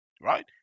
right